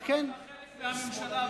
אתה חלק מהממשלה,